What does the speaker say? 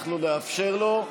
אנחנו נאפשר לו,